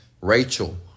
Rachel